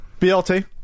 BLT